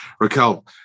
Raquel